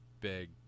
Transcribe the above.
big